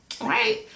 right